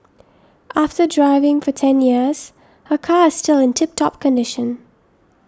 after driving for ten years her car still in tip top condition